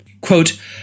quote